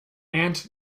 aunt